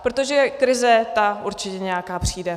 Protože krize, ta určitě nějaká přijde.